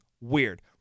weird